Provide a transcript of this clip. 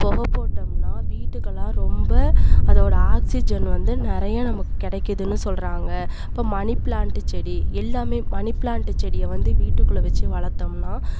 பொகை போட்டோம்னா வீட்டுக்குலாம் ரொம்ப அதோடய ஆக்சிஜன் வந்து நிறைய நமக்கு கிடைக்குதுனு சொல்கிறாங்க இப்போ மணி ப்ளான்ட்டு செடி எல்லாமே மணி ப்ளான்ட் செடியை வந்து வீட்டுக்குள்ளே வச்சு வளத்தோம்னா